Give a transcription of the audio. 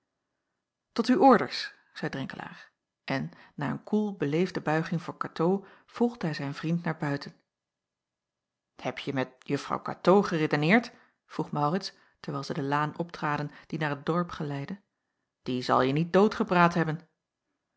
tot uw orders zeî drenkelaer en na een koel beleefde buiging voor katoo volgde hij zijn vriend naar buiten hebje met juffrouw katoo geredeneerd vroeg maurits terwijl zij de laan optraden die naar t dorp geleidde die zal je niet doodgepraat hebben